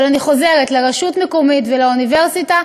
אבל אני חוזרת: לרשות מקומית ולאוניברסיטה,